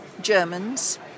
Germans